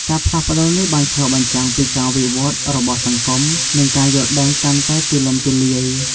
ការផ្លាស់ប្ដូរនេះបានឆ្លុះបញ្ចាំងពីការវិវត្តន៍របស់សង្គម និងការយល់ដឹងកាន់តែទូលំទូលាយ។